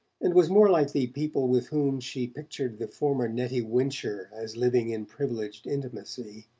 and was more like the people with whom she pictured the former nettie wincher as living in privileged intimacy.